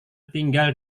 tinggal